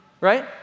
Right